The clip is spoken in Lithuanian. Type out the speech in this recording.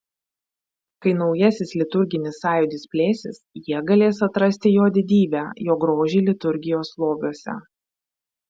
kai naujasis liturginis sąjūdis plėsis jie galės atrasti jo didybę jo grožį liturgijos lobiuose